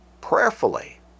prayerfully